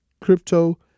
crypto